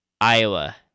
Iowa